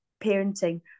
parenting